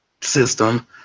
system